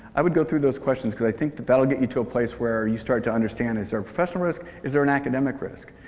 i would go through those questions because i think that that will get you to a place where you start to understand, is there a professional risk, is there an academic risk?